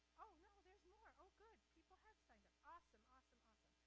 oh no, there's more. oh good, people have signed up. awesome, awesome, awesome.